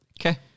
Okay